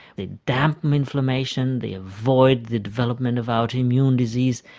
they dampen inflammation, they avoid the development of autoimmune disease,